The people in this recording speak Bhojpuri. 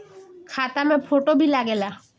खाता मे फोटो भी लागे ला?